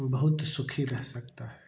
बहुत सुखी रह सकता है